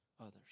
Others